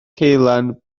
ceulan